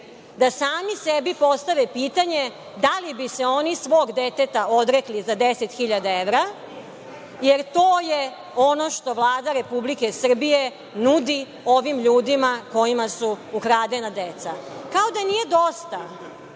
da sami sebi postave pitanje da li bi se oni svog deteta odrekli za 10.000 evra, jer to je ono što Vlada Republike Srbije nudi ovim ljudima kojima su ukradena deca. Kao da nije dosta